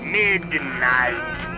midnight